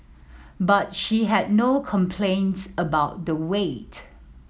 but she had no complaints about the wait